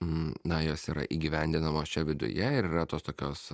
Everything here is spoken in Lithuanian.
na jos yra įgyvendinamos čia viduje ir yra tos tokios